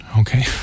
Okay